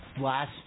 last